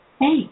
Hey